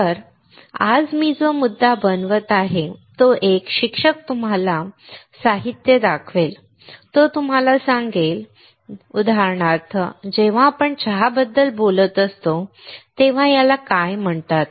तर आज मी जो मुद्दा बनवत आहे तो एक शिक्षक तुम्हाला साहित्य दाखवेल तो तुम्हाला सांगेल उदाहरणार्थ जेव्हा आपण चहाबद्दल बोलत असतो तेव्हा याला काय म्हणतात